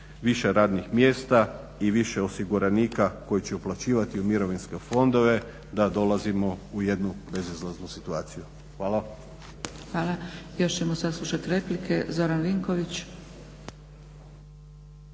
više radnih mjesta i više osiguranika koji će uplaćivati u mirovinske fondove da dolazimo u jednu bezizlaznu situaciju. Hvala. **Zgrebec, Dragica (SDP)** Hvala. Još ćemo saslušati replike. Zoran Vinković.